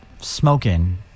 smoking